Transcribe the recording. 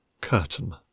Curtain